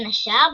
בין השאר,